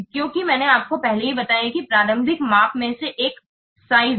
क्योंकि मैंने आपको पहले ही बता दिया है कि प्रारंभिक माप में से एक आकार है